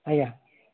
ଆଜ୍ଞା